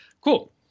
Cool